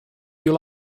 you